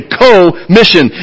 co-mission